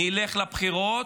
נלך לבחירות,